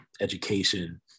education